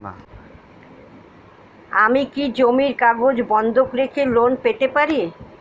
আমি কি জমির কাগজ বন্ধক রেখে লোন পেতে পারি?